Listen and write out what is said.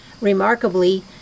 Remarkably